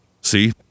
See